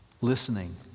listening